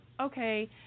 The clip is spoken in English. okay